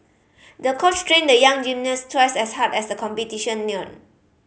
the coach trained the young gymnast twice as hard as the competition neared